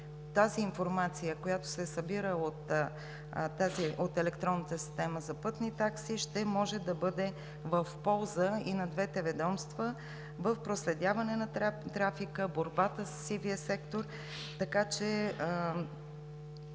тази информация, която се е събирала от електронната система за пътни такси, ще може да бъде в полза и на двете ведомства в проследяването на трафика, борбата със сивия сектор, така че